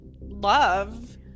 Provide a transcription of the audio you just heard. love